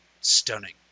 stunning